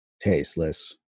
tasteless